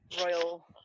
royal